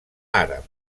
àrab